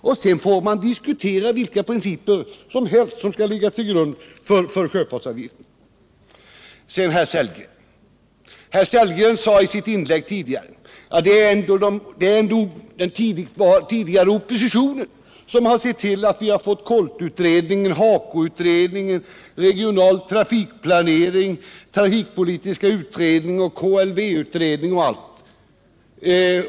Sedan kan man föra vilka diskussioner som helst om de principer som skall ligga till grund för sjöfartsavgifterna. Herr Sellgren sade i ett inlägg att det är den tidigare oppositionen som sett till att vi fått KOLT-utredningen, HAKO-utredningen, den re gionala trafikplaneringen, den trafikpolitiska utredningen och mycket annat.